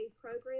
program